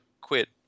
quit